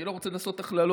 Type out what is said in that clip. אני לא רוצה לעשות הכללות,